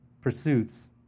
pursuits